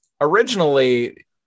originally